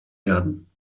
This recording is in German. werden